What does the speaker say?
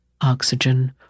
oxygen